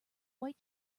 white